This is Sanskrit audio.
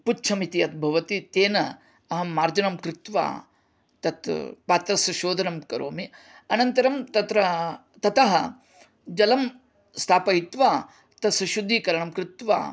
पुच्च्छम् इति यद्भवति तेन अहं मार्जनं कृत्वा तत् पात्रस्य शोधनं करोमि अनन्तरं तत्र ततः जलं स्थापयित्वा तस्य शुद्धीकरणं कृत्वा